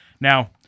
Now